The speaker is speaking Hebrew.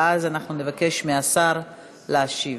ואז נבקש מהשר להשיב.